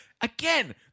again